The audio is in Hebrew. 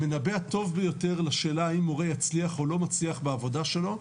המנבא הטוב ביותר לשאלה האם מורה יצליח או לא יצליח בעבודה שלו,